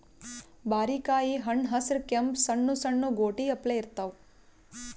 ಬಾರಿಕಾಯಿ ಹಣ್ಣ್ ಹಸ್ರ್ ಕೆಂಪ್ ಸಣ್ಣು ಸಣ್ಣು ಗೋಟಿ ಅಪ್ಲೆ ಇರ್ತವ್